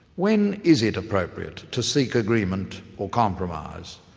when is it appropriate to seek agreement or compromise?